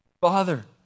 Father